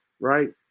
Right